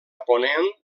ponent